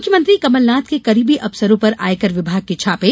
मुख्यमंत्री कमलनाथ के करीबी अफसरों पर आयकर विभाग के छापे